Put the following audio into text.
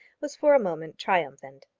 was for a moment triumphant.